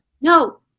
No